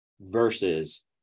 versus